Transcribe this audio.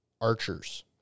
archers